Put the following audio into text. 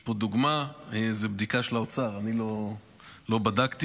יש פה דוגמה, זו בדיקה של האוצר, אני לא בדקתי: